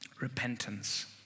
Repentance